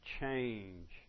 change